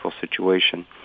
situation